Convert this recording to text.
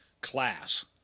class